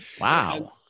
Wow